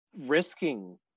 risking